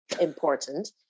important